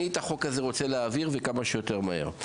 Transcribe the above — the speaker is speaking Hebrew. את החוק הזה אני רוצה להעביר וכמה שיותר מהר,